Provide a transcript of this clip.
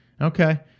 Okay